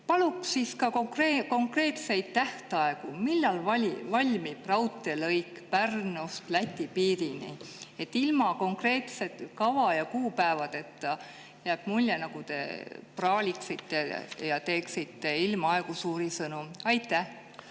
Palun ka konkreetseid tähtaegu, millal valmib raudteelõik Pärnust Läti piirini. Ilma konkreetse kava ja kuupäevadeta jääb mulje, nagu te praaliksite ja teeksite ilmaaegu suuri sõnu. Aitäh